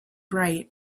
bright